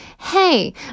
hey